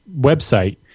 website